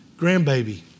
grandbaby